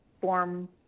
form